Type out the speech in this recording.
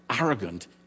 arrogant